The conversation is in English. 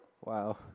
wow